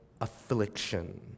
affliction